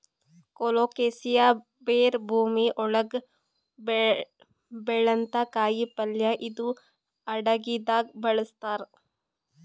colocasia ಬೇರ್ ಭೂಮಿ ಒಳಗ್ ಬೆಳ್ಯಂಥ ಕಾಯಿಪಲ್ಯ ಇದು ಅಡಗಿದಾಗ್ ಬಳಸ್ತಾರ್